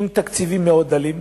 עם תקציבים מאוד דלים.